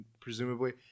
presumably